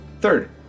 Third